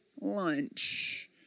lunch